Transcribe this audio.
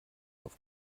auf